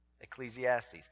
Ecclesiastes